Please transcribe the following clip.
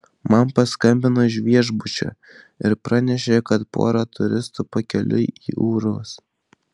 man paskambino iš viešbučio ir pranešė kad pora turistų pakeliui į urvus